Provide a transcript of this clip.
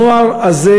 הנוער הזה,